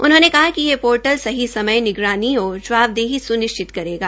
उन्होंने कहा कि यह पोर्टल सही समय निगरानी और जवाबदेही सुनिश्चित करेगा